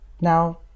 now